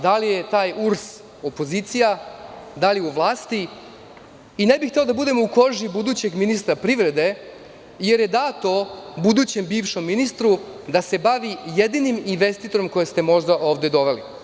Da li je taj URS opozicija, da li je u vlasti i ne bih hteo da budem u koži budućeg ministra privrede, jer je dato budućem bivšem ministru da se bavi jedinim investitorom kojeg ste možda ovde doveli.